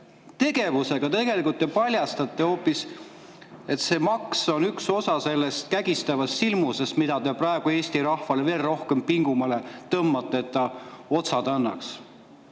tegevusega te paljastate hoopis, et see maks on üks osa sellest kägistavast silmusest, mida te praegu Eesti rahval veel rohkem pingumale tõmbate, et ta otsad annaks.